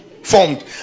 Formed